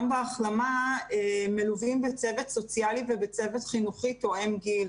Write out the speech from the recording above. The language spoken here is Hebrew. בהחלמה מלווים בצוות סוציאלי ובצוות חינוכי תואם גיל.